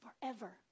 forever